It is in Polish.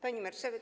Pani Marszałek!